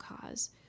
cause